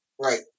Right